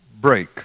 break